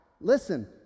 Listen